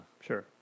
sure